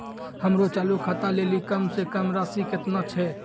हमरो चालू खाता लेली कम से कम राशि केतना छै?